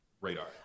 radar